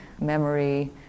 memory